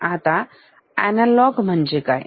आता अनालॉग म्हणजे काय